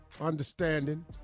understanding